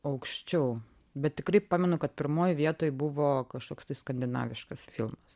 aukščiau bet tikrai pamenu kad pirmoj vietoj buvo kažkoks tai skandinaviškas filmas